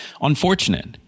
unfortunate